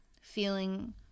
Feeling